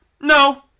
No